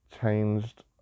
changed